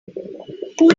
who